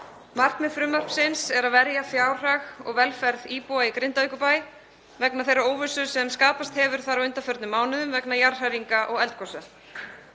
Markmið frumvarpsins er að verja fjárhag og velferð íbúa í Grindavíkurbæ vegna þeirrar óvissu sem skapast hefur þar á undanförnum mánuðum vegna jarðhræringa og eldgosa.